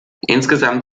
insgesamt